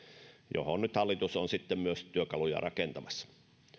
mihin nyt hallitus on sitten myös työkaluja rakentamassa